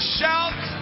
shout